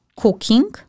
cooking